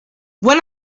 when